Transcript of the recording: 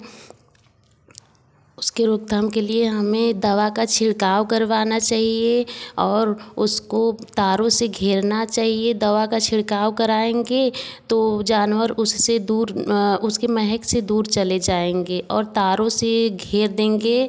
इसके रोक थाम के लिए हमें दवा का छिड़काव करवाना चाहिए और उसको तारों से घेरना चाहिए दवा का छिड़काव कराएँगे तो जानवर उससे दूर उसकी महक से दूर चले जाएँगे और तारों से घेर देंगे